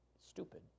stupid